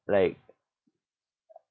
like